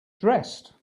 dressed